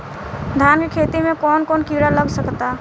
धान के खेती में कौन कौन से किड़ा लग सकता?